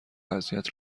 اذیت